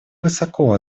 высоко